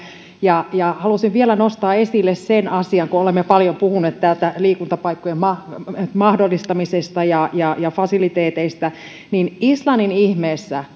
halusin vielä nostaa esille sen asian kun olemme paljon puhuneet täällä liikuntapaikkojen mahdollistamisesta ja ja fasiliteeteista että islannin ihmeessä